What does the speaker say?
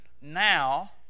now